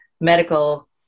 medical